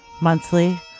Monthly